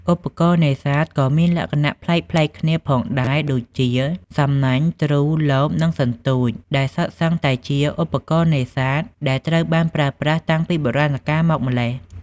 ឧបករណ៍នេសាទក៏មានលក្ខណៈប្លែកៗគ្នាផងដែរដូចជា សំណាញ់ ទ្រូ លប និង សន្ទូច ដែលសុទ្ធសឹងតែជា ឧបករណ៍នេសាទ ដែលត្រូវបានប្រើប្រាស់តាំងពីបុរាណមកម្ល៉េះ។